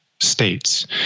states